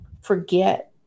forget